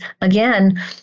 again